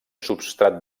substrat